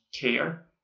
care